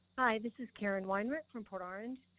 hi, this is karen weinrich, from port orange,